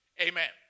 Amen